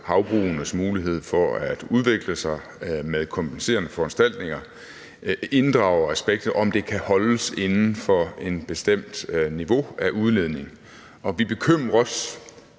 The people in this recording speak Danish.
havbrugenes mulighed for at udvikle sig med kompenserende foranstaltninger inddrager aspektet, der handler om, om det kan holdes inden for et bestemt niveau af udledning. Vi bekymrer os